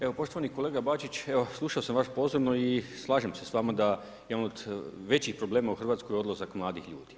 Evo poštovani kolega Bačić, evo slušao sam vas pozorno i slažem se s vama da jedan od većih problema u Hrvatskoj je odlazak mladih ljudi.